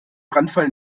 brandfall